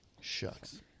Shucks